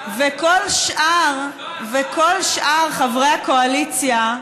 וכל שאר חברי הקואליציה,